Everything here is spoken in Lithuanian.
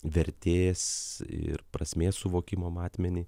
vertės ir prasmės suvokimo matmenį